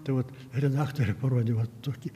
tai vat redaktorė parodė vat tokį